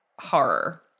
horror